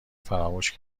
فراموش